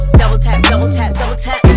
double tap. double tap. double tap